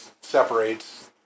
separates